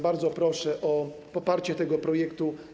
Bardzo proszę o poparcie tego projektu.